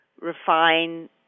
refine